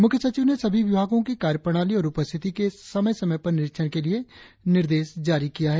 मुख्य सचिव ने सभी विभागों की कार्य प्रणाली और उपस्थिति के समय समय पर निरीक्षण के लिए निर्देश दिया है